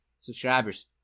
subscribers